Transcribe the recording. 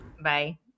bye